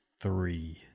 three